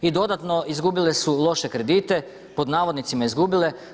I dodatno izgubile su loše kredite, pod navodnicima izgubile.